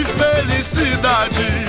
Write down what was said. felicidade